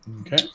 okay